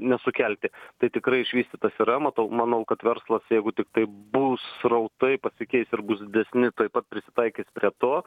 nesukelti tai tikrai išvystytas yra matau manau kad verslas jeigu tiktai bus srautai pasikeis ir bus didesni tuoj pat prisitaikys prie to